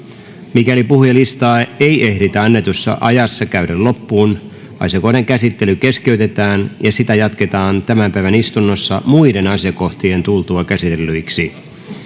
mikäli puhujalistaa ei ehditä annetussa ajassa käydä loppuun asiakohdan käsittely keskeytetään ja sitä jatketaan tämän päivän istunnossa muiden asiakohtien tultua käsitellyiksi